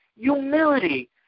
humility